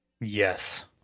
Yes